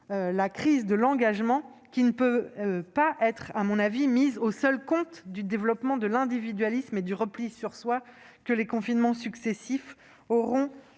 la crise de l'engagement, qu'on ne peut mettre sur le seul compte du développement de l'individualisme et du repli sur soi que les confinements successifs auront